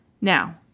Now